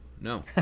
no